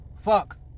Fuck